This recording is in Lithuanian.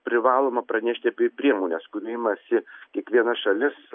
privaloma pranešti apie priemones kurių imasi kiekviena šalis